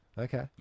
Okay